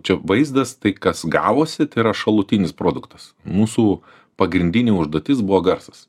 čia vaizdas tai kas gavosi tėra šalutinis produktas mūsų pagrindinė užduotis buvo garsas